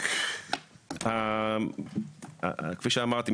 כפי שאמרתי,